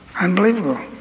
Unbelievable